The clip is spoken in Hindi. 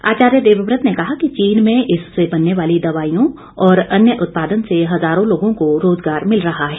आचार्य देवव्रत ने कहा कि चीन में इससे बनने वाली दवाईयों और अन्य उत्पादन से हजारों लोगों को रोजगार मिल रहा है